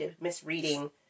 misreading